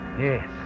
Yes